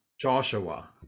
Joshua